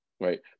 right